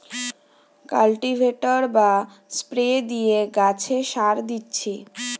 cultivator বা spray দিয়ে গাছে সার দিচ্ছি